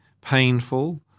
painful